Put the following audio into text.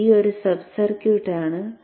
d ഒരു sub circuit ആണ്